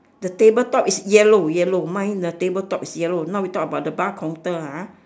the table top is yellow yellow mine the table top is yellow now we talk about the bar counter ah